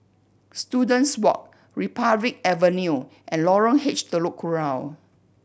Students Walk Republic Avenue and Lorong H Telok Kurau